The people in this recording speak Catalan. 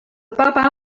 papa